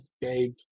Gabe